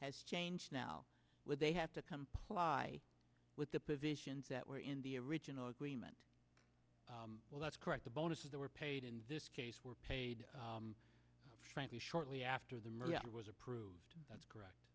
has changed now with they have to comply with the positions that were in the original agreement well that's correct the bonuses that were paid in this case were paid frankly shortly after the merger was approved that's correct